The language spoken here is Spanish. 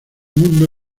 mundo